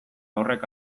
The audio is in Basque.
horrek